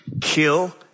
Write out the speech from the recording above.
kill